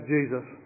Jesus